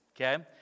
okay